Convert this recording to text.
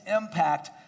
impact